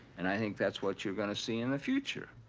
and i think that's what you're going to see in the future.